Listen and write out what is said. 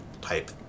type